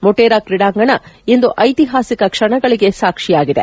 ಮೊಟೆರಾ ಕ್ರೀಡಾಂಗಣ ಇಂದು ಐತಿಹಾಸಿಕ ಕ್ಷಣಗಳಿಗೆ ಸಾಕ್ಷಿಯಾಗಿದೆ